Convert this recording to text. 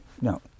No